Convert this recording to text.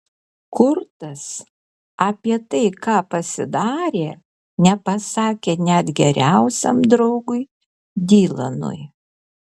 kurtas apie tai ką pasidarė nepasakė net geriausiam draugui dylanui